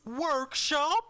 workshop